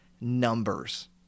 numbers